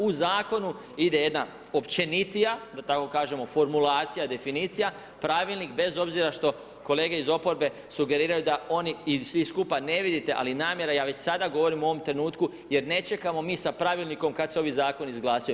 U Zakonu ide jedna općenitija, da tako kažemo, formulacija definicija, pravilnik bez obzira što kolege iz oporbe sugeriraju da oni i svi skupa ne vidite, ali namjera, ja već sada govorim u ovom trenutku jer ne čekamo mi sa pravilnikom kad se ovi zakoni izglasuju.